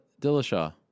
Dillashaw